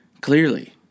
clearly